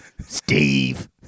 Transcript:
Steve